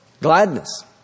gladness